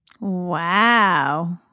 Wow